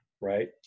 right